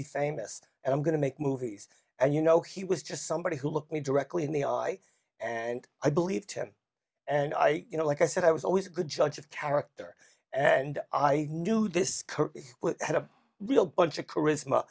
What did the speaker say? be famous and i'm going to make movies and you know he was just somebody who looked me directly in the eye and i believed him and i you know like i said i was always a good judge of character and i knew this had a real bunch of charisma